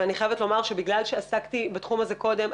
אבל אני חייבת לומר שבגלל שעסקתי בתחום הזה קודם,